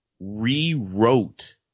rewrote